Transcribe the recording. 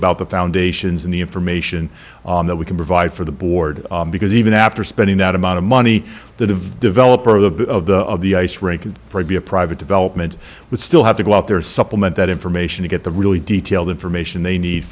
about the foundations and the information on that we can provide for the board because even after spending that amount of money the developer of the the ice rink and for be a private development would still have to go out there supplement that information to get the really detailed information they need